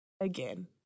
again